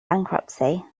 bankruptcy